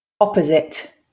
opposite